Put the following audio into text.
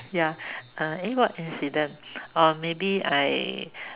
ya uh eh what incident maybe I